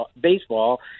baseball